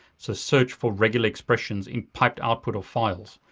says, search for regular expressions in piped output or files.